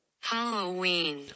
Halloween